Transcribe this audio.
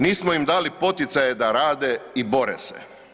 Nismo im dali poticaje da rade i bore se.